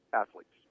athletes